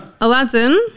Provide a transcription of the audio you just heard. Aladdin